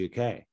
UK